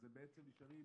אז הם בעצם נשארים